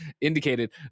indicated